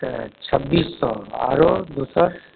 तऽ छब्बीस सए आरो दोसर